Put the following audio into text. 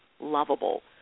lovable